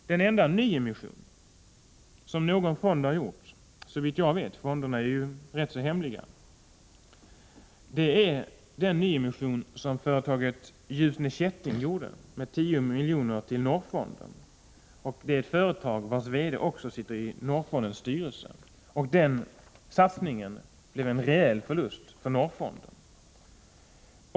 Den enda nyemission som någon fond såvitt jag vet har gjort — fonderna är ju rätt så hemliga — är den nyemission som företaget Ljusne Kätting gjorde med 10 miljoner till Norrfonden. Företagets VD sitter också i Norrfondens styrelse. Den satsningen blev en rejäl förlust för Norrfonden.